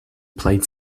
played